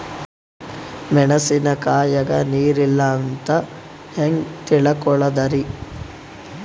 ಮೆಣಸಿನಕಾಯಗ ನೀರ್ ಇಲ್ಲ ಅಂತ ಹೆಂಗ್ ತಿಳಕೋಳದರಿ?